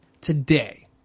today